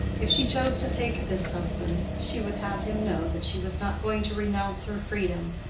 if she chose to take this husband, she would have him know that she was not going to renounce her freedom,